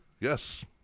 Yes